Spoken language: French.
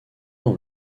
dans